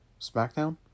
SmackDown